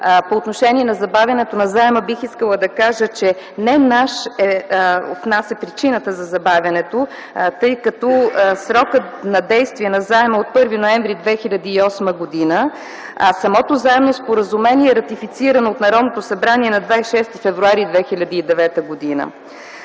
По отношение на забавянето на заема бих искала да кажа, че не в нас е причината за забавянето, тъй като срокът на действие на заема – от 1 ноември 2008 г., а самото Заемно споразумение е ратифицирано от Народното събрание на 26 февруари 2009 г.